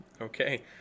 Okay